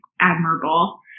admirable